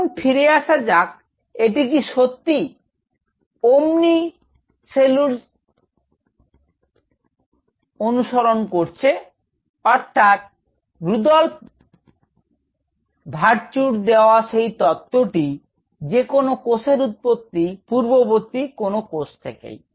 এখন ফিরে আসা যাক এটি কি সত্যি omni cellule cellule অনুসরণ করছে অর্থাৎ রুদলফ ভারচুর দেওয়া সেই তত্ত্বটি যে কোন কোষের উৎপত্তি পূর্ববর্তী কোন কোষ থেকেই